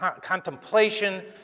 contemplation